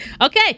Okay